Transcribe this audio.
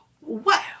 wow